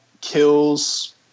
kills